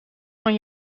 van